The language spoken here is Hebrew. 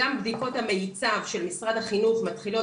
גם בדיקות המיצב של משרד החינוך מתחילות,